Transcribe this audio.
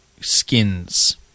skins